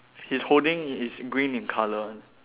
he's holding i~ it's green in colour one